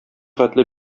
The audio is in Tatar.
хәтле